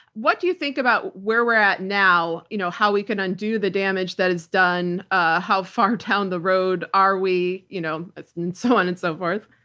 what do you think about where we're at now, you know how we can undo the damage that is done? ah how far down the road are we? you know so on and so forth.